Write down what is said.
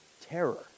terror